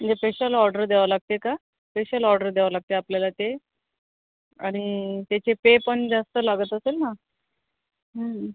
म्हणजे special order द्यावा लागते का स्पेशल ऑर्डर द्यावा लागते आपल्याला ते आणि त्याचे पे पण जास्त लागत असेल ना हूं